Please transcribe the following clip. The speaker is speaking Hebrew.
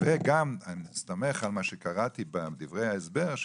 אני מסתמך גם על מה שקראתי בדברי ההסבר,